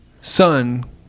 son